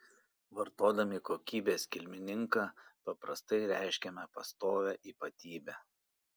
vartodami kokybės kilmininką paprastai reiškiame pastovią ypatybę